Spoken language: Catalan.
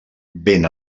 ben